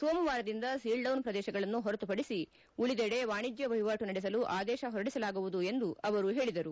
ಸೋಮವಾರದಿಂದ ಸೀಲ್ಡೌನ್ ಪ್ರದೇಶಗಳನ್ನು ಹೊರತುಪಡಿಸಿ ಉಳಿದೆಡೆ ವಾಣಿಜ್ಞ ವಹಿವಾಟು ನಡೆಸಲು ಆದೇಶ ಹೊರಡಿಸಲಾಗುವುದು ಎಂದು ಅವರು ಹೇಳಿದರು